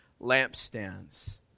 lampstands